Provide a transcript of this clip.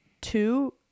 two